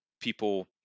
people